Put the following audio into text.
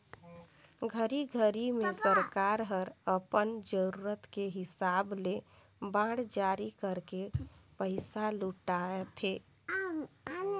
घरी घरी मे सरकार हर अपन जरूरत के हिसाब ले बांड जारी करके पइसा जुटाथे